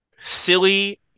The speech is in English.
Silly